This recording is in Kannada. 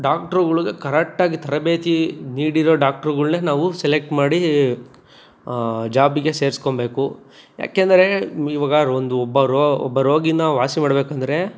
ಡಾಕ್ಟ್ರ್ಗಳ್ಗೆ ಕರೆಟ್ಟಾಗಿ ತರಬೇತಿ ನೀಡಿರೋ ಡಾಕ್ಟ್ರ್ಗಳ್ನೆ ನಾವು ಸೆಲೆಕ್ಟ್ ಮಾಡಿ ಜಾಬಿಗೆ ಸೇರಿಸ್ಕೊಬೇಕು ಯಾಕೆಂದರೆ ಇವಾಗ ರೊ ಒಂದು ಒಬ್ಬ ರೋ ಒಬ್ಬ ರೋಗಿನ ವಾಸಿ ಮಾಡಬೇಕಂದ್ರೆ